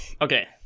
Okay